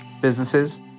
businesses